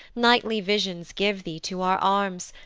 nightly visions give thee to our arms,